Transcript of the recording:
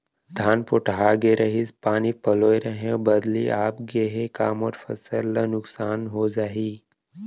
धान पोठागे रहीस, पानी पलोय रहेंव, बदली आप गे हे, का मोर फसल ल नुकसान हो जाही?